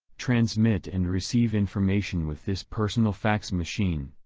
transmit and receive information with this personal fax machine.